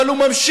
אבל הוא ממשיך,